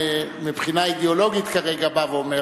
מבחינה אידיאולוגית כרגע בא ואומר,